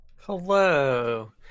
Hello